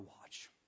watch